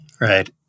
Right